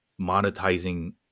monetizing